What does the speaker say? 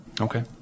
Okay